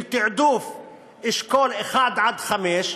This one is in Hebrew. של העדפת אשכול 1 5,